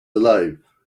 alive